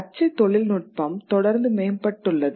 அச்சு தொழில்நுட்பம் தொடர்ந்து மேம்பட்டுள்ளது